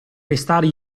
pestare